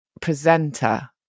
presenter